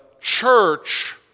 church